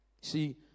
See